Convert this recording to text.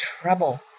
trouble